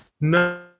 No